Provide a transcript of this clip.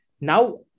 Now